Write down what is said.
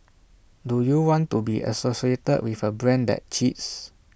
do you want to be associated with A brand that cheats